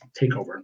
takeover